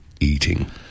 eating